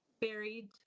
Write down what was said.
buried